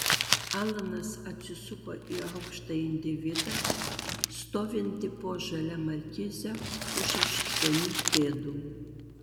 alanas atsisuko į aukštą individą stovintį po žalia markize už aštuonių pėdų